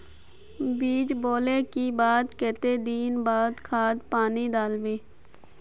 बीज बोले के बाद केते दिन बाद खाद पानी दाल वे?